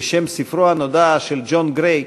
כשם ספרו הנודע של ג'ון גריי,